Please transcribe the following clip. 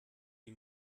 die